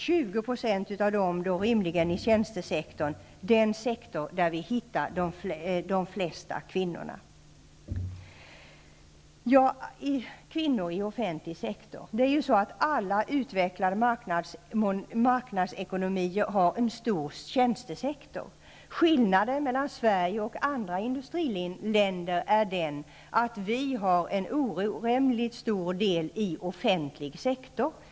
20 % av dessa skulle rimligen förläggas till tjänstesektorn, som är den sektor där man finner de flesta kvinnorna. Alla utvecklade marknadsekonomier har en stor tjänstesektor. Skillnaden mellan Sverige och andra industriländer är att en oändligt stor del av vår tjänstesektor finns inom offentlig sektor.